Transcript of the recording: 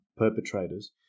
perpetrators